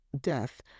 Death